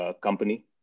company